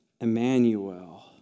Emmanuel